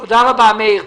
תודה רבה מאיר.